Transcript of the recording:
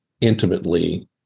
intimately